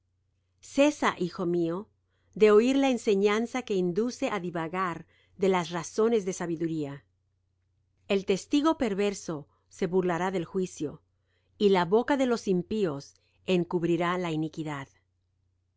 cesa hijo mío de oir la enseñanza que induce á divagar de las razones de sabiduría el testigo perverso se burlará del juicio y la boca de los impíos encubrirá la iniquidad